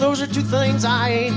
those are two things i